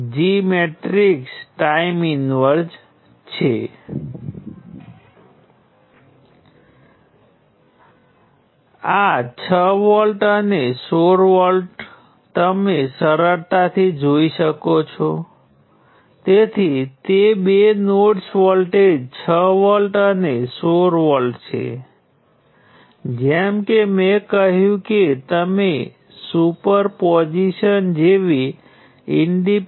તો આ કંડક્ટન્સ મેટ્રિક્સમાં કેવી રીતે દેખાય છે સૌ પ્રથમ કરંટ નોડ 1 થી નોડ 2 તરફ વહે છે એટલે કે નોડ 1 માટેનું સમીકરણ અને નોડ 2 માટેનું સમીકરણ આ બે સમીકરણો નિયંત્રણ સ્ત્રોત GM ને અનુરૂપ પદ ધરાવે છે